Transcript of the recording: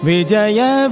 Vijaya